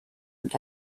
und